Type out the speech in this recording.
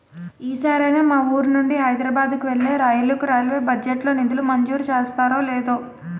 ఈ సారైనా మా వూరు నుండి హైదరబాద్ కు వెళ్ళే రైలుకు రైల్వే బడ్జెట్ లో నిధులు మంజూరు చేస్తారో లేదో